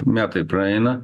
metai praeina